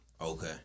Okay